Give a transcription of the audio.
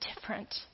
different